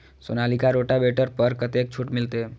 Sonalika rotavator पर कतेक छूट मिलते?